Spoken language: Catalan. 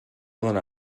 dóna